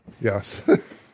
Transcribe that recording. Yes